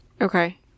Okay